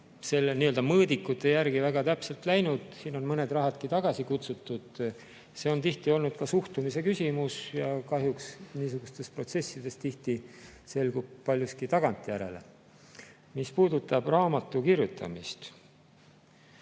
mõõdikute järgi väga täpselt läinud, siin on mõnedki rahad tagasi kutsutud. See on tihti olnud ka suhtumise küsimus ja kahjuks niisugustes protsessides tihti selgub paljugi tagantjärele. Mis puudutab raamatu kirjutamist,